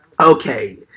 Okay